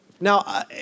Now